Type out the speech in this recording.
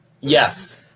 Yes